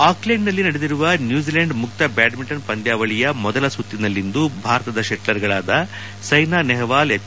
ಆಕ್ಲೆಂಡ್ನಲ್ಲಿ ನಡೆಯುತ್ತಿರುವ ನ್ಯೂಜಿಲೆಂಡ್ ಮುಕ್ತ ಬ್ಯಾಡ್ನಿಂಟನ್ ಪಂದ್ಯಾವಳಿಯ ಮೊದಲ ಸುತ್ತಲಿನಲ್ಲಿಂದು ಭಾರತದ ಶೆಟ್ಲರ್ಗಳಾದ ಸ್ಲೆನಾ ನೆಹ್ವಾಲ್ ಎಚ್